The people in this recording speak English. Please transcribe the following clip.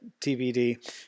TBD